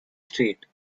street